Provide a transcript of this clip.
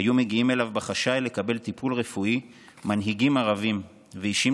היו מגיעים אליו בחשאי לקבל טיפול רפואי מנהיגים ערבים ואישים